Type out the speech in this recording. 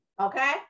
Okay